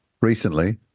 recently